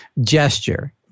gesture